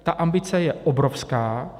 Ta ambice je obrovská.